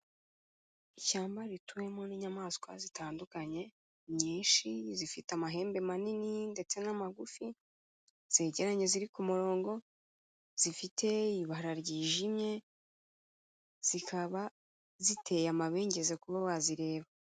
Ishyamba rituwemo n'inyamaswa zitandukanye nyinshi, zifite amahembe manini ndetse n'amagufi, zigeranye, ziri ku murongo zifite ibara ryijimye, zikaba ziteye amabengeza kuba wazireba.